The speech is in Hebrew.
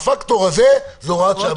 הפקטור הזה זה הוראת שעה.